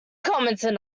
commented